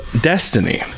Destiny